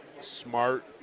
smart